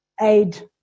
aid